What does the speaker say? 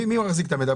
מי מחזיק את המידע?